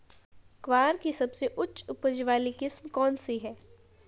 ग्वार की सबसे उच्च उपज वाली किस्म कौनसी है?